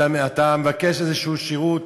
אתה מבקש איזהו שירות,